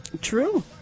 True